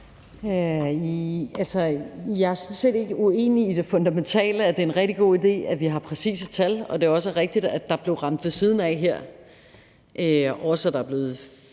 Jeg er sådan set ikke uenig i det fundamentale: at det er en rigtig god idé, at vi har præcise tal, og at det også er rigtigt, at der blev ramt ved siden af her, og også at der faktisk er blevet